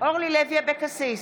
אורלי לוי אבקסיס,